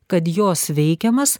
kad jos veikiamas